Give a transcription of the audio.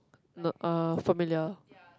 n~ uh familiar